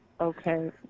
okay